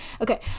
okay